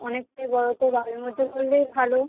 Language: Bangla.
অনেকটাই বড়ো তো বাড়ির মধ্যে করলেই ভালো